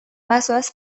bazoaz